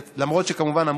למרות שכמובן אמרו: